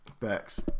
Facts